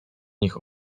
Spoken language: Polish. nich